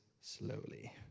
slowly